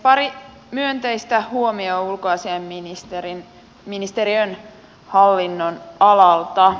pari myönteistä huomiota ulkoasiainministeriön hallinnonalalta